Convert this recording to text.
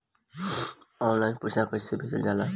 Online पैसा कैसे भेजल जाला?